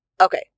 Okay